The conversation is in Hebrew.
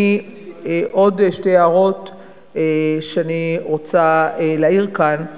עוד שתי הערות שאני רוצה להעיר כאן.